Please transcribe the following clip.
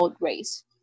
race